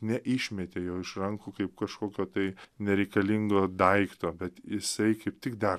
neišmetė jo iš rankų kaip kažkokio tai nereikalingo daikto bet jisai kaip tik dar